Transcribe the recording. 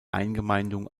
eingemeindung